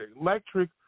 electric